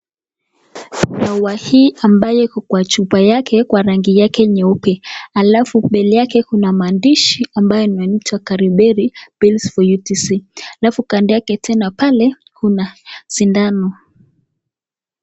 Mau hii ambayo iko kwa chupa yake, kwa rangi yake nyeupe, alafu mbele yake kuna maandishi ambayo nitwa(cs) kariberi, bills for UTC(cs) alafu kando yake tena pale, kuna sindano.